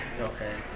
okay